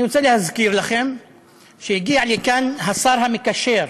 אני רוצה להזכיר לכם שהגיע לכאן השר המקשר,